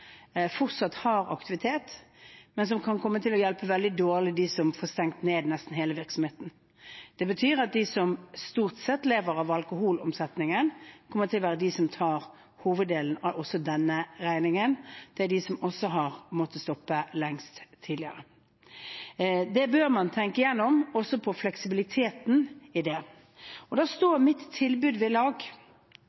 fortsatt har aktivitet, men som kan komme til å hjelpe veldig dårlig dem som får stengt ned nesten hele virksomheten. Det betyr at de som stort sett lever av alkoholomsetningen, kommer til å være de som tar hoveddelen av også denne regningen. Det er de som også har måttet stoppe lengst tidligere. Det bør man tenke gjennom, også fleksibiliteten i det.